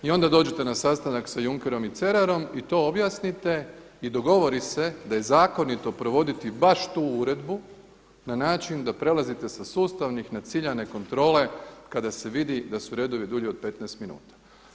I onda dođete na sastanak sa Junckerom i Cerarom i to objasnite i dogovori se da je zakonito provoditi baš tu uredbu na način da prelazite sa sustavnih na ciljane kontrole kada se vidi da su redovi dulji od 15 minuta.